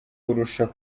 kurusha